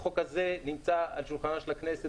והחוק הזה נמצא על שולחנה של הכנסת